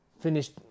finished